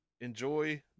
enjoy